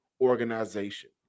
organization